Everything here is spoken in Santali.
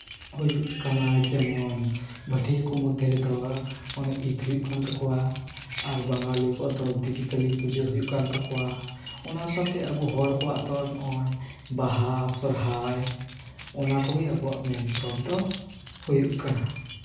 ᱦᱩᱭᱩᱜ ᱠᱟᱱᱟ ᱡᱮᱢᱚᱱ ᱵᱷᱟᱹᱴᱭᱟᱹ ᱠᱚ ᱢᱚᱫᱽᱫᱷᱮ ᱨᱮᱫᱚ ᱚᱱᱮ ᱤᱫ ᱦᱩᱭᱩᱜ ᱠᱟᱱ ᱛᱟᱠᱚᱣᱟ ᱟᱨ ᱵᱟᱝᱜᱟᱞᱤ ᱠᱚᱣᱟᱜ ᱫᱚ ᱫᱤᱵᱤ ᱠᱟᱹᱞᱤ ᱯᱩᱡᱟᱹ ᱦᱩᱭᱩᱜ ᱠᱟᱱ ᱛᱟᱠᱚᱣᱟ ᱚᱱᱟ ᱥᱟᱶᱛᱮ ᱟᱵᱚ ᱦᱚᱲ ᱠᱚᱣᱟᱜ ᱫᱚ ᱱᱚᱜᱼᱚᱭ ᱵᱟᱦᱟ ᱥᱚᱨᱦᱟᱭ ᱚᱱᱟ ᱠᱚᱜᱮ ᱟᱵᱚᱣᱟᱜ ᱢᱮᱱ ᱯᱚᱨᱚᱵᱽ ᱫᱚ ᱦᱩᱭᱩᱜ ᱠᱟᱱᱟ